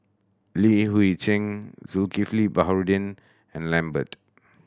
Li Hui Cheng Zulkifli Baharudin and Lambert